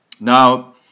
Now